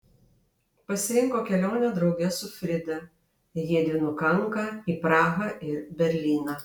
pasirinko kelionę drauge su frida jiedvi nukanka į prahą ir berlyną